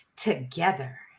together